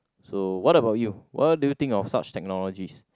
so what about you what do you think of such technologies